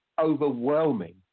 overwhelming